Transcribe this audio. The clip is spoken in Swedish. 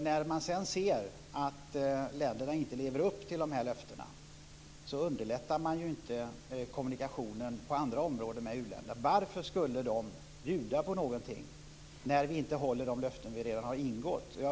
När man då ser att länderna inte lever upp till dessa löften underlättas inte kommunikationen på andra områden med u-länderna. Varför skulle de bjuda på någonting när vi inte håller de löften vi redan har ingått?